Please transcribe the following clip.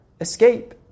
escape